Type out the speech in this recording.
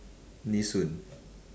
nee soon